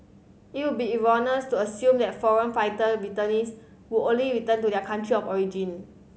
it would be erroneous to assume that foreign fighter returnees would only return to their country of origin